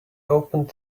opened